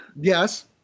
yes